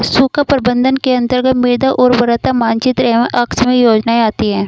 सूखा प्रबंधन के अंतर्गत मृदा उर्वरता मानचित्र एवं आकस्मिक योजनाएं आती है